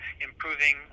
improving